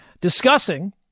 Discussing